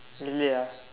really ah